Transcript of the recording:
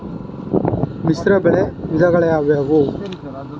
ಮಿಶ್ರಬೆಳೆ ವಿಧಗಳಾವುವು?